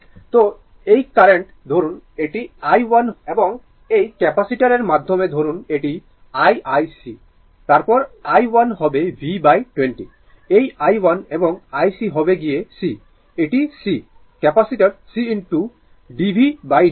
তো এই কারেন্ট ধরুন এটি i 1 এবং এই ক্যাপাসিটারের মাধ্যমে ধরুন এটি i i c তারপর i 1 হবে v20 এই i 1 এবং i c হবে গিয়ে c এটি c capacitor c d vd t